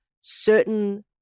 certain